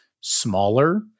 smaller